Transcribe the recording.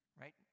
Right